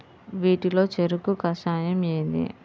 వీటిలో చెరకు కషాయం ఏది?